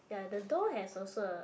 ya the door has also a